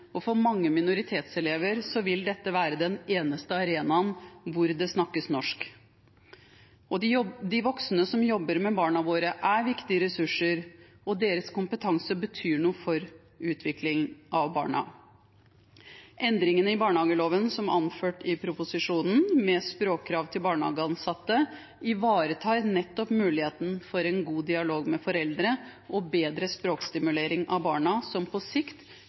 og for mange minoritetselever vil dette være den eneste arenaen hvor det snakkes norsk. De voksne som jobber med barna våre, er viktige ressurser, og deres kompetanse betyr noe for utviklingen av barna. Endringene i barnehageloven som er anført i proposisjonen, med språkkrav til barnehageansatte, ivaretar muligheten for en god dialog med foreldrene og bedre språkstimulering av barna, som på sikt